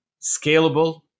scalable